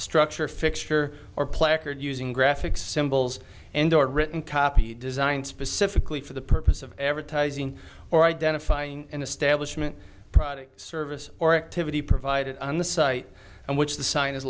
structure fixture or placard using graphic symbols and or written copy designed specifically for the purpose of ever ties ing or identifying an establishment product service or activity provided on the site and which the si